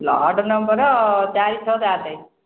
plot number ଚାରି ଛଅ ସାତ